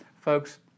Folks